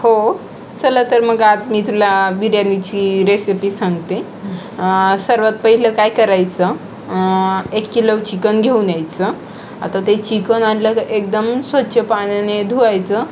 हो चला तर मग आज मी तुला बिर्याणीची रेसिपी सांगते सर्वात पहिलं काय करायचं एक किलो चिकन घेऊन यायचं आता ते चिकन आणलं का एकदम स्वच्छ पाण्याने धुवायचं